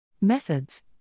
Methods